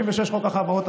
36. חוק החברות,